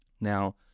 Now